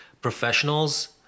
professionals